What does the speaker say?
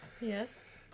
yes